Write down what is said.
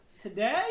today